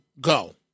go